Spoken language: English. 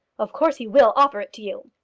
of course he will offer it to you.